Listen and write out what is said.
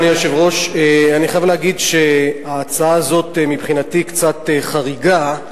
אני חייב להגיד שההצעה הזו מבחינתי קצת חריגה,